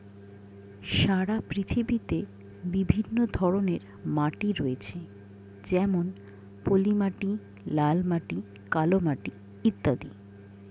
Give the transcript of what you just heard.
সারা পৃথিবীতে বিভিন্ন ধরনের মাটি রয়েছে যেমন পলিমাটি, লাল মাটি, কালো মাটি ইত্যাদি